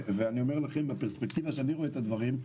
ואני אומר לכם בפרספקטיבה שאני רואה את הדברים,